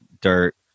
dirt